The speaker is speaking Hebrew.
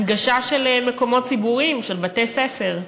הנגשה של מקומות ציבוריים, של בתי-ספר.